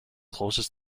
closes